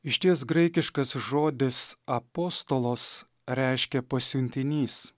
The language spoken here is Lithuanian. išties graikiškas žodis apostolos reiškia pasiuntinys